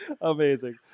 amazing